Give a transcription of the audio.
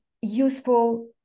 useful